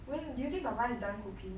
when do you think papa is done cooking